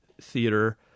theater